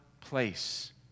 place